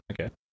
Okay